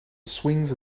swings